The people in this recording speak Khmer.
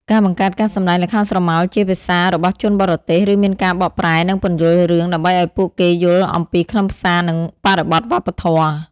ការបង្កើតការសម្តែងល្ខោនស្រមោលជាភាសារបស់ជនបរទេស ឬមានការបកប្រែ និងពន្យល់រឿង ដើម្បីឲ្យពួកគេយល់អំពីខ្លឹមសារនិងបរិបទវប្បធម៌។